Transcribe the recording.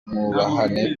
mwubahane